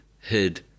Hid